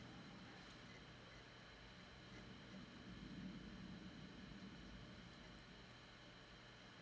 mm